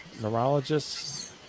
neurologists